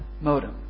modem